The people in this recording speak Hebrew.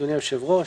אדוני היושב-ראש.